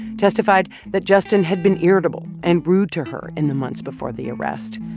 testified that justin had been irritable and rude to her in the months before the arrest,